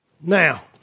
Now